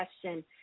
question